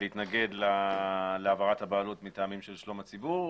להתנגד להעברת הבעלות מטעמים של שלום הציבור.